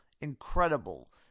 incredible